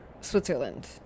Switzerland